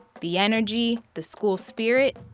the energy, the school spirit,